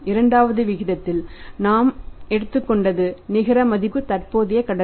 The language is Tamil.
இரண்டாவது விகிதத்தில் நான் எடுத்துக் கொண்டது நிகர மதிப்புக்கு தற்போதைய கடன்கள்